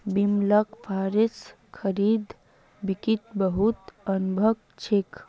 बिमलक फॉरेक्स खरीद बिक्रीत बहुत अनुभव छेक